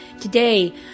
Today